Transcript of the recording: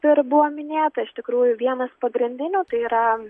buvo minėta iš tikrųjų vienas pagrindinių tai yra